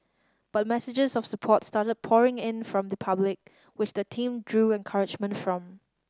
but messages of support started pouring in from the public which the team drew encouragement from